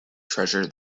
treasure